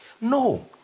No